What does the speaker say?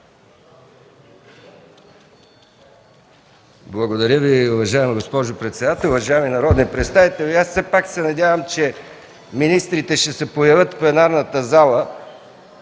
Благодаря Ви. Уважаема госпожо председател, уважаеми народни представители! Аз все пак се надявам, че министрите ще се появят в пленарната зала,